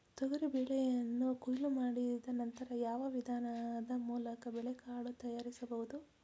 ತೊಗರಿ ಬೇಳೆಯನ್ನು ಕೊಯ್ಲು ಮಾಡಿದ ನಂತರ ಯಾವ ವಿಧಾನದ ಮೂಲಕ ಬೇಳೆಕಾಳು ತಯಾರಿಸಬಹುದು?